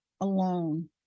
alone